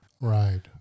Right